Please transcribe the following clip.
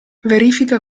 verifica